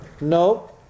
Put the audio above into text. No